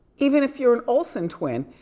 even if you're an olsen twin,